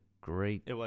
great